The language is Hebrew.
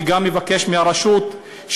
וגם מבקש מהרשות,